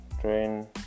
train